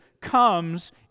comes